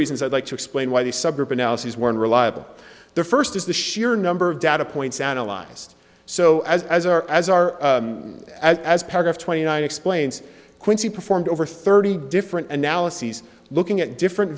reasons i'd like to explain why the subgroup analyses were unreliable the first is the sheer number of data points analyzed so as as are as are as part of twenty nine explains quincy performed over thirty different analyses looking at different